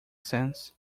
sense